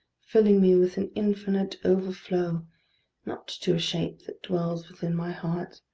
filling me with an infinite overflow not to a shape that dwells within my heart,